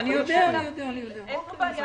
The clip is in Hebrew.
אין פה בעיה